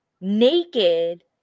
naked